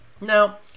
Now